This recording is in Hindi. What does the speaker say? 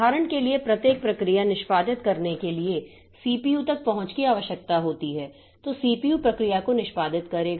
उदाहरण के लिए प्रत्येक प्रक्रिया निष्पादित करने के लिए सीपीयू तक पहुंच की आवश्यकता होती है तो सीपीयू प्रक्रिया को निष्पादित करेगा